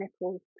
nipples